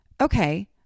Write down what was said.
Okay